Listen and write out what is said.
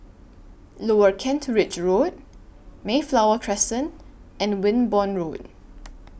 Lower Kent Ridge Road Mayflower Crescent and Wimborne Road